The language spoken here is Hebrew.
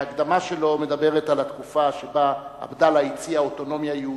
ההקדמה שלו מדברת על התקופה שבה עבדאללה הציע אוטונומיה יהודית,